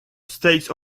states